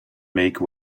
make